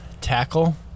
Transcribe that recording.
tackle